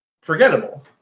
forgettable